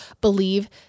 believe